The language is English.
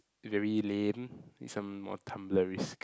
very lame need some more Tumblr risk